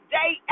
day